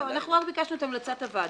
ביקשנו להוסיף רק את "המלצת הוועדה".